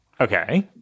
Okay